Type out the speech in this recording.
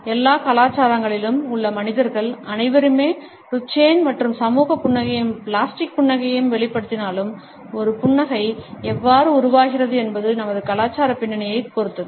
எல்லா கலாச்சாரங்களிலும் உள்ள மனிதர்கள் அனைவருமே டுச்சேன் மற்றும் சமூக புன்னகையையும் பிளாஸ்டிக் புன்னகையையும் வெளிப்படுத்தினாலும் ஒரு புன்னகை எவ்வாறு உருவாகிறது என்பது நமது கலாச்சார பின்னணியைப் பொறுத்தது